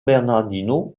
bernardino